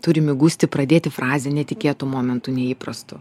turim įgusti pradėti frazę netikėtu momentu neįprastu